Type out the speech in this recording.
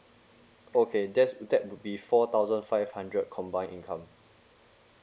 okay that's that would be four thousand five hundred combine income